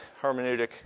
hermeneutic